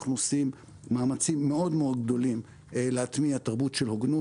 אנחנו עושים מאמצים מאוד מאוד גדולים להטמיע תרבות של הוגנות,